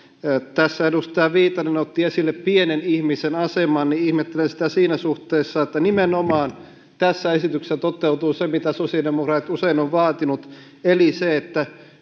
tässä edustaja viitanen otti esille pienen ihmisen aseman ja ihmettelen sitä siinä suhteessa että nimenomaan tässä esityksessä toteutuu se mitä sosiaalidemokraatit usein ovat vaatineet eli se että